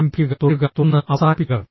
ആരംഭിക്കുക തുടരുക തുടർന്ന് അവസാനിപ്പിക്കുക